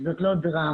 זאת לא דרמה.